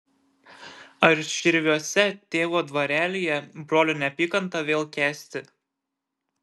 ar širviuose tėvo dvarelyje brolio neapykantą vėl kęsti